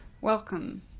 Welcome